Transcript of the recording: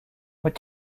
what